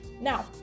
Now